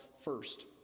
first